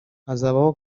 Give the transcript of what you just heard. hazabaho